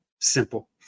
simple